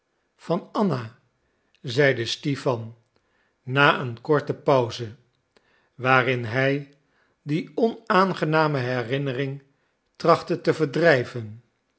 van anna zeide stipan na een korte pauze waarin hij die onaangename herinnering trachtte te verdrijven